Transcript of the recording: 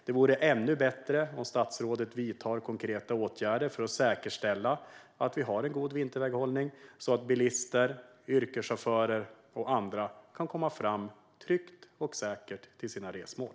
Det vore ännu bättre om statsrådet vidtog konkreta åtgärder för att säkerställa att vi har en god vinterväghållning, så att bilister, yrkeschaufförer och andra kan komma fram tryggt och säkert till sina resmål.